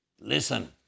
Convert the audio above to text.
Listen